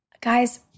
Guys—